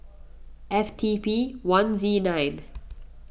F T P one Z nine